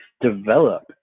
develop